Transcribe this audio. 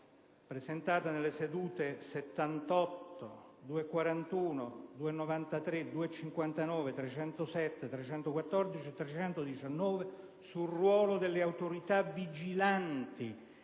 presentate nelle sedute nn. 78, 241, 259, 293, 307, 314 e 319, sul ruolo delle autorità vigilanti,